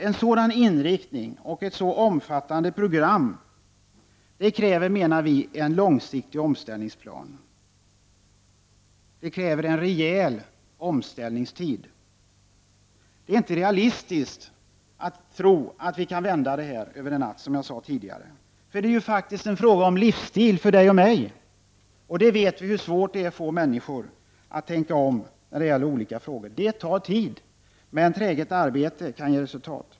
En sådan inriktning och ett så omfattande program kräver en långsiktig omställningsplan och en rejäl omställningstid. Det är inte realistiskt att tro att detta kan vändas över en natt, som jag sade tidigare. Det är fråga om en livsstil för dig och mig, och det är svårt att få människor att tänka om. Det tar tid, men träget arbete kan ge resultat.